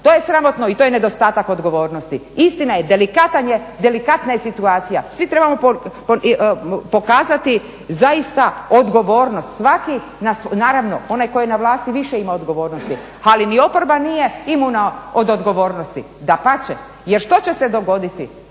To je sramotno i to je nedostatak odgovornosti. Istina je, delikatna je situacija. Svi trebamo pokazati zaista odgovornost. Naravno onaj tko je na vlasti više ima odgovornosti, ali ni oporba nije imuna od odgovornosti. Dapače, jer što će se dogoditi.